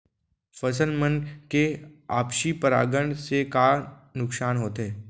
फसल मन के आपसी परागण से का का नुकसान होथे?